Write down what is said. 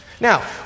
Now